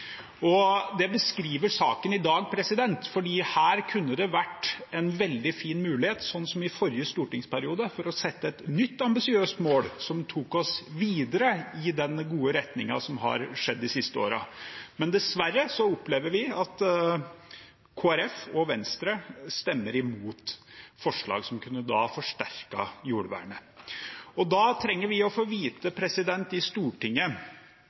Det beskriver saken vi har til behandling i dag, for her kunne det ha vært en veldig fin mulighet – som i forrige stortingsperiode – til å sette et nytt ambisiøst mål som tok oss videre i den gode retningen vi har hatt de siste årene. Dessverre opplever vi at Kristelig Folkeparti og Venstre stemmer imot forslag som kunne ha forsterket jordvernet. Da trenger vi i Stortinget å få